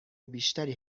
بیشتری